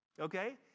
Okay